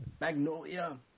Magnolia